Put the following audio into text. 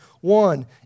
One